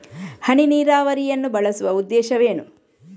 ಹನಿ ನೀರಾವರಿಯನ್ನು ಬಳಸುವ ಉದ್ದೇಶವೇನು?